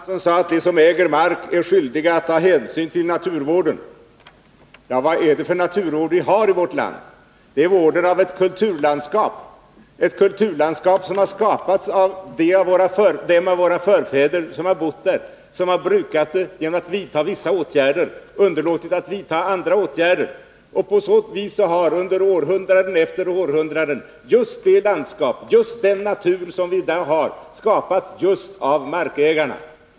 Fru talman! Jan Fransson sade att de som äger mark är skyldiga att ta hänsyn till naturvårdsintressena. Vad är det då för naturvård som bedrivs i vårt land? Jo, vården av ett kulturlandskap — som har skapats av dem av våra förfäder som har bott där, som har brukat det, genom att vidta vissa åtgärder och underlåtit att vidta andra åtgärder. På så vis har under århundrade efter århundrade just detta landskap, just den natur som vi i dag har, skapats av markägarna.